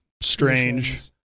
strange